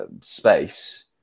space